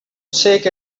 shake